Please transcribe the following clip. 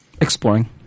Exploring